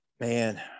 Man